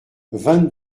vingt